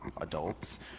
adults